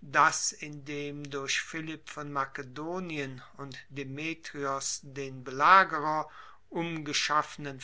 dass in dem durch philipp von makedonien und demetrios den belagerer umgeschaffenen